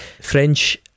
French